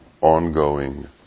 ongoing